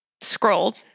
scrolled